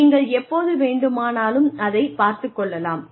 நீங்கள் எப்போது வேண்டுமானாலும் அதை பார்த்து கொள்ளலாம்